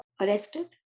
arrested